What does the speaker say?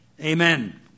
Amen